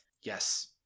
yes